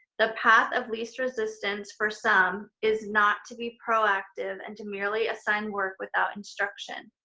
the path of least resistance for some is not to be proactive and to merely assign work without instruction.